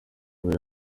ntoya